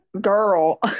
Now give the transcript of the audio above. Girl